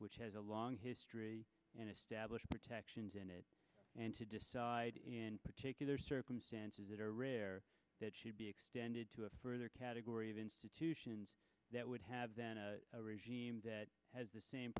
which has a long history and established protections in it and in particular circumstances that are rare that she'd be extended to a further category of institutions that would have a regime that has the same